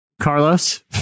Carlos